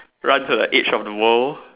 run to the edge of the world